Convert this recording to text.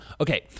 okay